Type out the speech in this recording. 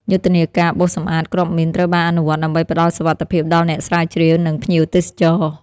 យុទ្ធនាការបោសសម្អាតគ្រាប់មីនត្រូវបានអនុវត្តដើម្បីផ្តល់សុវត្ថិភាពដល់អ្នកស្រាវជ្រាវ និងភ្ញៀវទេសចរ។